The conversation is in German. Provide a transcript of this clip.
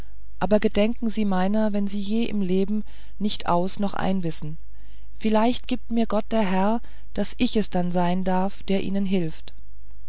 aber gedenken sie meiner wenn sie je im leben nicht aus noch ein wissen vielleicht gibt mir gott der herr daß ich es dann sein darf der ihnen hilft